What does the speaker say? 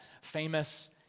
famous